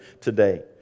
today